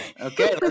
Okay